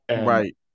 Right